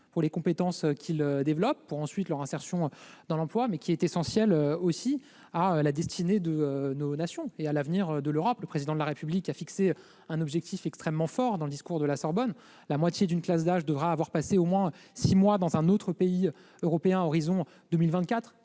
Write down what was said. les compétences qu'ils développent et leur insertion dans l'emploi, mais aussi pour la destinée de nos nations et l'avenir de l'Europe. Le Président de la République a fixé un objectif extrêmement ambitieux dans le discours de la Sorbonne : la moitié d'une classe d'âge devra avoir passé au moins six mois dans un autre pays européen à l'horizon de 2024.